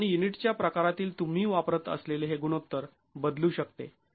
आणि युनिटच्या प्रकारातील तुम्ही वापरत असलेले हे गुणोत्तर बदलू शकते